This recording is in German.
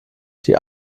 die